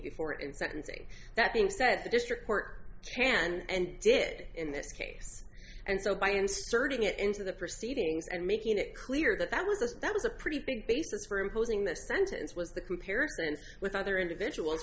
before in sentencing that being said the district court can and did in this case and so by inserting it into the proceedings and making it clear that that was this that was a pretty big basis for imposing this sentence was the comparisons with other individuals